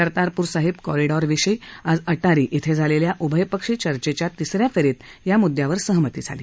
Kartarpur Sahib corridor विषयी आज अटारी इथं झालेल्या उभयपक्षी चर्चेच्या तिस या फेरीत या मुद्यावर सहमती झाली